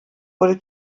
wurde